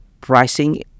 pricing